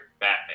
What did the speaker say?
Batman